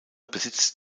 besitzt